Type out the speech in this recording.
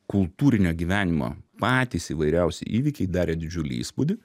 kultūrinio gyvenimo patys įvairiausi įvykiai darė didžiulį įspūdį